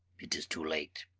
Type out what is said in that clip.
it is too late